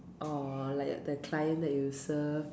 or like the client that you serve mm